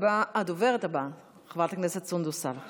הדוברת הבאה, חברת הכנסת סונדוס סאלח,